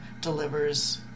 delivers